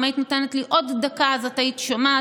אם הייתי נותנת לי עוד דקה אז את היית שומעת,